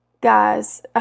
Guys